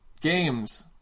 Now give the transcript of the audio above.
games